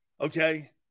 Okay